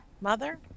mother